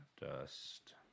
Dust